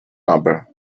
number